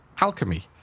alchemy